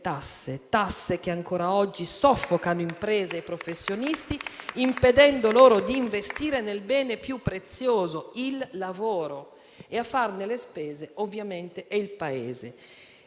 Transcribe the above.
tasse che ancora oggi soffocano imprese e professionisti, impedendo loro di investire nel bene più prezioso: il lavoro. E a farne le spese ovviamente è il Paese.